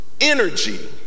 energy